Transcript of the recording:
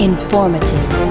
Informative